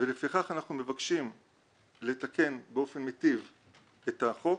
ולפיכך אנחנו מבקשים לתקן באופן מיטיב את החוק,